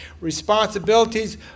Responsibilities